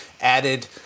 added